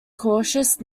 cautious